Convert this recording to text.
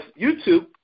YouTube